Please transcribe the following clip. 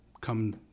come